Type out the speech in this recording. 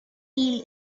eel